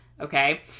Okay